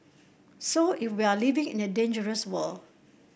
so if we are living in a dangerous world